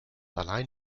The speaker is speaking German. allein